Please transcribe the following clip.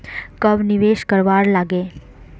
कब निवेश करवार लागे?